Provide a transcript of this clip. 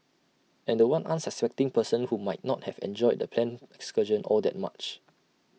and The One unsuspecting person who might not have enjoyed the planned excursion all that much